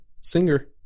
singer